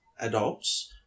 adults